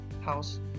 house